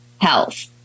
health